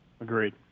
Agreed